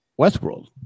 Westworld